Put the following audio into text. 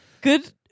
Good